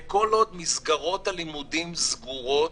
וכל עוד מסגרות הלימודים סגורות,